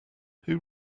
who